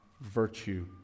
virtue